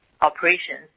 operations